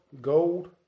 gold